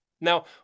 Now